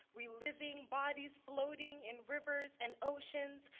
reliving bodies floating in rivers and oceans,